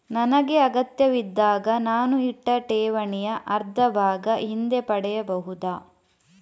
ನನಗೆ ಅಗತ್ಯವಿದ್ದಾಗ ನಾನು ಇಟ್ಟ ಠೇವಣಿಯ ಅರ್ಧಭಾಗ ಹಿಂದೆ ಪಡೆಯಬಹುದಾ?